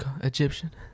Egyptian